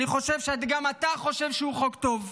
אני חושב שגם אתה חושב שהוא חוק טוב.